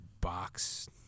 box